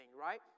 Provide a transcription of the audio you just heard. right